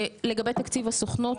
לגבי תקציב הסוכנות,